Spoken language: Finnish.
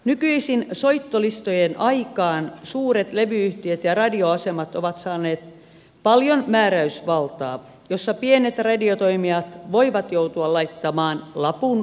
nykyisin soittolistojen aikaan suuret levy yhtiöt ja radioasemat ovat saaneet paljon määräysvaltaa jossa pienet radiotoimijat voivat joutua laittamaan lapun luukulle